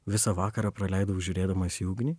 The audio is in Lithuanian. visą vakarą praleidau žiūrėdamas į ugnį